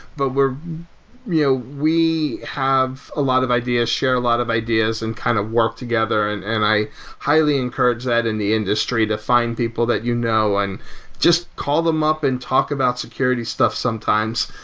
but you know we have a lot of ideas, share a lot of ideas and kind of work together, and and i highly encourage that in the industry to find people that you know and just call them up and talk about security stuff sometimes.